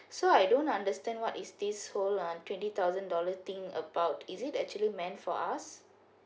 so I don't understand what is this so lah twenty thousand dollar thing about it is actually meant for us